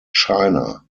china